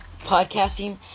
podcasting